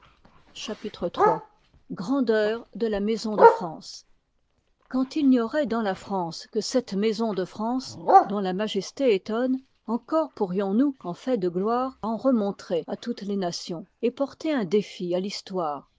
grandeur de la maison de france quand il n'y auroit dans la france que cette maison de france dont la majesté étonne encore pourrions-nous en fait de gloire en remontrer à toutes les nations et porter un défi à l'histoire